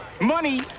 Money